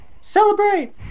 Celebrate